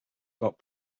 about